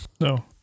No